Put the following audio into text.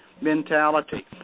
Mentality